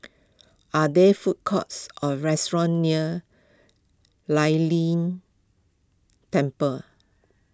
are there food courts or restaurants near lie ling Temple